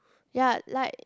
ya like